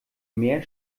mehr